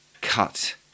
cut